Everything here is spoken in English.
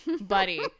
buddy